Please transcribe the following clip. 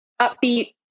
upbeat